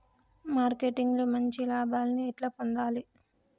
Marketing లో మంచి లాభాల్ని ఎట్లా పొందాలి?